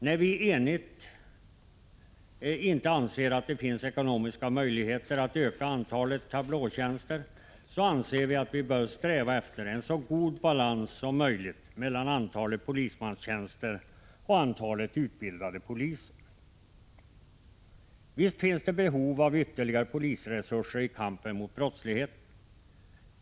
När vi enigt anser att det inte finns ekonomiska möjligheter att öka antalet tablåtjänster, anser vi att vi bör sträva efter en så god balans som möjligt mellan antalet polismanstjänster och antalet utbildade poliser. Visst finns det behov av ytterligare polisresurser i kampen mot brottsligheten.